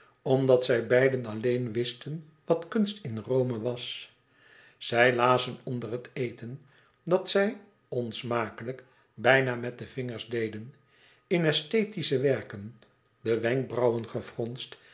omdat zij beiden alleen wisten wat kunst in rome was zij lazen onder het eten dat zij onsmakelijk bijna met de vingers deden in esthetische werken de wenkbrauwen